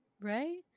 right